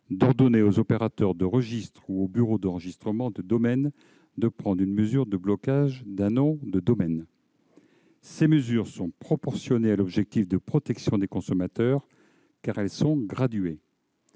-d'ordonner aux opérateurs de registre ou aux bureaux d'enregistrement de domaines de prendre une mesure de blocage d'un nom de domaine. Ces mesures sont proportionnées à l'objectif de protection des consommateurs, car elles sont graduées.